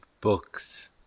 books